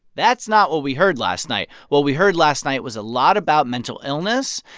that's not what we heard last night. what we heard last night was a lot about mental illness,